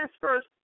first